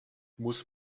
muss